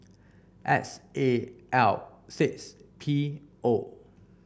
S A L six P O